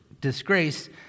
disgrace